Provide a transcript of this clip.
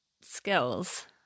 skills